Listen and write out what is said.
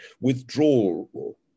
withdrawal